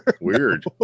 weird